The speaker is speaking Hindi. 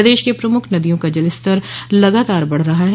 प्रदेश में प्रमुख नदियों का जलस्तर लगातार बढ़ रहा है